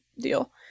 deal